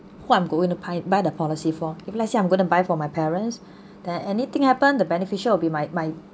who I'm going to pay by the policy for if let's say I'm going to buy for my parents then anything happen the beneficial will be my my